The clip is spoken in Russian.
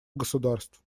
государств